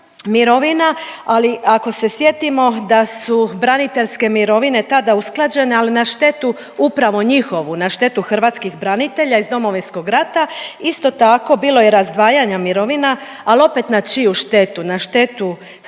mirovina, ali ako se sjetimo da su braniteljske mirovine tada usklađene, ali na štetu upravo njihovu, na štetu hrvatskih branitelja iz Domovinskog rata, isto tako bilo je razdvajanja mirovina, al opet na čiju štetu, na štetu hrvatskih